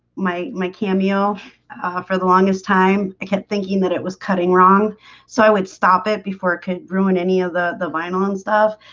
my my cameo for the longest time. i kept thinking that it was cutting wrong so i would stop it before it could ruin any of the the vinyl and stuff,